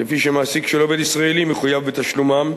כפי שמעסיק של עובד ישראלי מחויב בתשלומן,